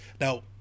Now